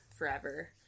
forever